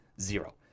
Zero